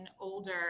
older